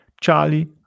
Charlie